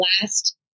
last